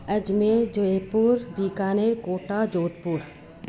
Ajmer Jaipur Bikaner Kota Jodhpur